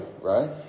right